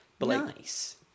Nice